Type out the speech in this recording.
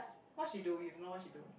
what she do if know what she do